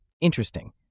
Interesting